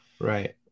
Right